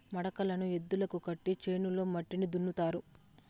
మడకలను ఎద్దులకు కట్టి చేనులో మట్టిని దున్నుతారు